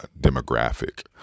demographic